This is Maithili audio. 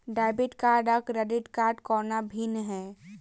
डेबिट कार्ड आ क्रेडिट कोना भिन्न है?